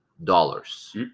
Dollars